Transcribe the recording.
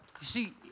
see